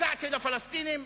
הצעתי לפלסטינים,